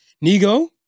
Nego